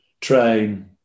train